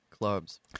clubs